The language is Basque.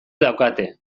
daukate